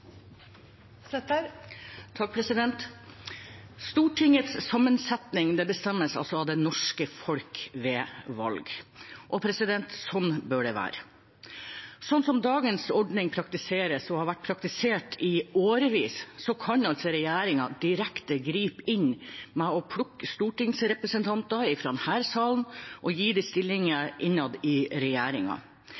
Stortingets sammensetning bestemmes av det norske folk ved valg. Slik bør det være. Slik dagens ordning praktiseres og har vært praktisert i årevis, kan regjeringen direkte gripe inn ved å plukke stortingsrepresentanter fra denne sal og gi dem stillinger innad i regjeringen. Der har de